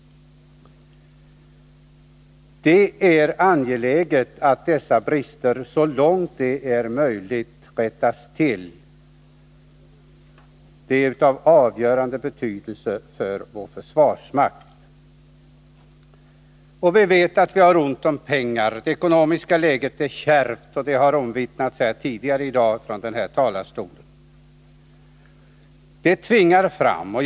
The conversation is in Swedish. Det är angeläget att dessa brister så långt det är möjligt rättas till — det är av avgörande betydelse för vår försvarsmakt. Vi vet att vi har ont om pengar. Det ekonomiska läget är kärvt, det har omvittnats tidigare i dag från denna talarstol. Detta tvingar fram rationaliseringar.